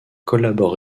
collabore